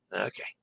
Okay